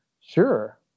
Sure